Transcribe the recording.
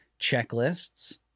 checklists